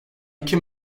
iki